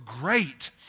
great